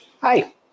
Hi